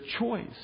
choice